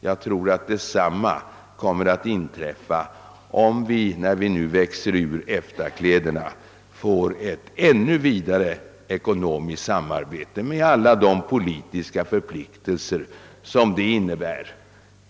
Jag tror att detsamma blir fallet om vi, när vi nu växer ur EFTA-kläderna, får ett ännu vidare samarbete med alla de politiska förpliktelser som detta innebär.